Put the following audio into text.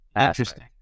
Interesting